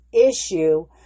issue